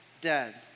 dead